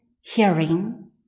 hearing